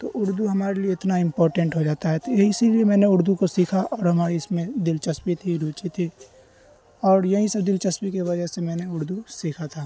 تو اردو ہمارے لیے اتنا امپورٹینٹ ہو جاتا ہے تو اسی لیے میں نے اردو کو سیکھا اور ہماری اس میں دلچسپی تھی روچی تھی اور یہیں سب دلچسپی کی وجہ سے میں نے اردو سیکھا تھا